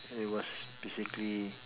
it was basically